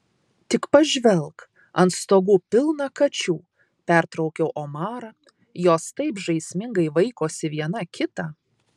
tik pažvelk ant stogų pilna kačių pertraukiau omarą jos taip žaismingai vaikosi viena kitą